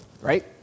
right